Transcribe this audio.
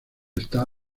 está